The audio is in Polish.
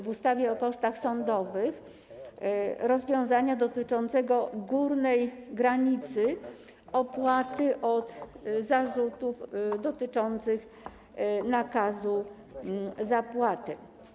W ustawie o kosztach sądowych jest określenie rozwiązania dotyczącego górnej granicy opłaty od zarzutów dotyczących nakazu zapłaty.